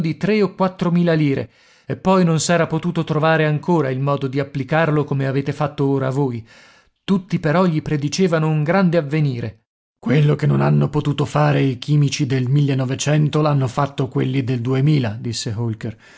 un grande avvenire quello che non hanno potuto fare i chimici del l hanno fatto quelli del duemila disse holker